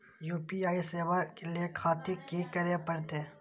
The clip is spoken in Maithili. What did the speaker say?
यू.पी.आई सेवा ले खातिर की करे परते?